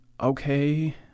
okay